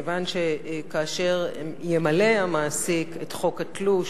כיוון שכאשר ימלא המעסיק את חוק התלוש,